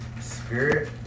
spirit